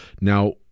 Now